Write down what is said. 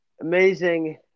amazing